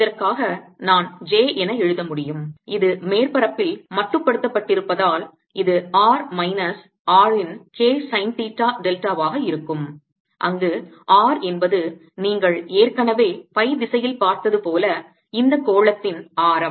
இதற்காக நான் j என எழுத முடியும் இது மேற்பரப்பில் மட்டுப்படுத்தப்பட்டிருப்பதால் இது r மைனஸ் r இன் K சைன் தீட்டா டெல்டாவாக இருக்கும் அங்கு R என்பது நீங்கள் ஏற்கனவே பை திசையில் பார்த்தது போல இந்த கோளத்தின் ஆரம்